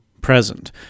present